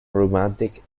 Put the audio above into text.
romantic